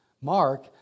Mark